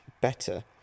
better